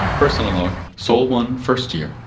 personal log. sol one, first year